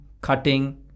cutting